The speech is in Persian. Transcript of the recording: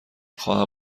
خواهم